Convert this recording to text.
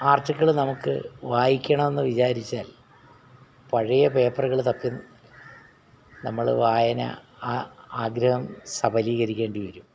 article നമുക്ക് വായിക്കണമെന്നു വിചാരിച്ചാൽ പഴയ പേപ്പറുകൾ തപ്പി നമ്മൾ വായന ആ ആഗ്രഹം സഫലീകരിക്കേണ്ടി വരും